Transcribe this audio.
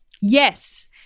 Yes